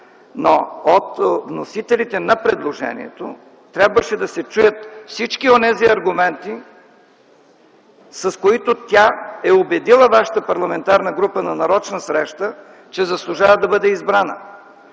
но от вносителите на предложението трябваше да се чуят всички онези аргументи, с които тя е убедила вашата парламентарна група на нарочна среща, че заслужава да бъде избрана.